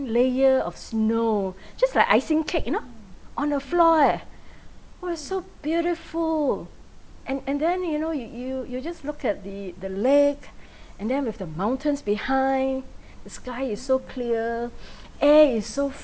layer of snow just like icing cake you know on the floor eh !wah! so beautiful and and then you know you you you just look at the the lake and then with the mountains behind the sky is so clear air is so